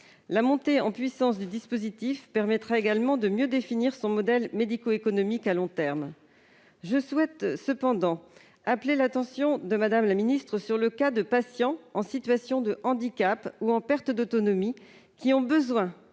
La montée en puissance du dispositif permettra également de mieux définir son modèle médico-économique à long terme. Je souhaite cependant appeler l'attention de Mme la ministre, sur le cas de patients en situation de handicap ou en perte d'autonomie, qui ont besoin